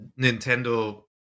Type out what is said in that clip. Nintendo